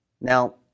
Now